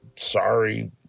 Sorry